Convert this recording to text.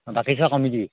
অঁ পাতি থোৱা কমিটি